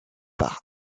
par